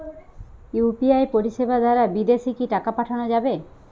UPI পরিষেবা দারা বিদেশে কি টাকা পাঠানো যাবে?